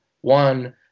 one